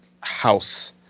house